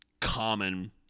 common